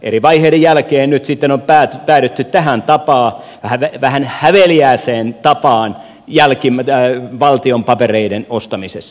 eri vaiheiden jälkeen nyt sitten on päädytty tähän tapaan vähän häveliääseen tapaan valtion papereiden ostamisessa